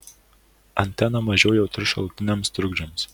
antena mažiau jautri šalutiniams trukdžiams